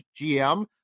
GM